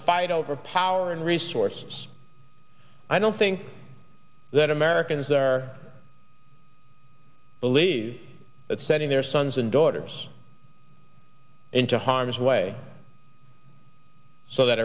fight over power and resources i don't think that americans are believe that sending their sons and daughters into harm's way so that